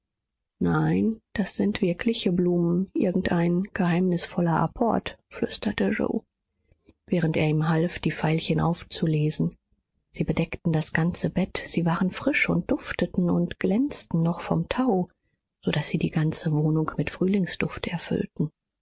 nein das sind wirkliche blumen irgendein geheimnisvoller apport flüsterte yoe während er ihm half die veilchen aufzulesen sie bedeckten das ganze bett sie waren frisch und dufteten und glänzten noch vom tau so daß sie die ganze wohnung mit frühlingsduft erfüllten